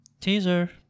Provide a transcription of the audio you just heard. Teaser